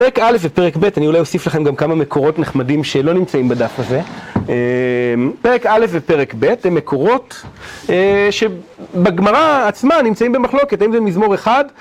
פרק א' ופרק ב', אני אולי אוסיף לכם גם כמה מקורות נחמדים שלא נמצאים בדף הזה פרק א' ופרק ב', הם מקורות שבגמרא עצמה נמצאים במחלוקת, אם זה מזמור אחד